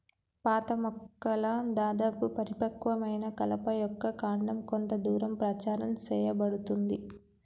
పాత మొక్కల దాదాపు పరిపక్వమైన కలప యొక్క కాండం కొంత దూరం ప్రచారం సేయబడుతుంది